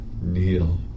kneel